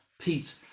Pete